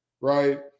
right